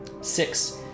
Six